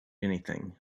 anything